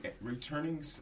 returning